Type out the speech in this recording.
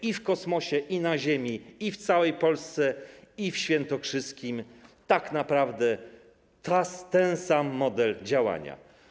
I w kosmosie, i na ziemi, i w całej Polsce, i w świętokrzyskim tak naprawdę ten sam model działania.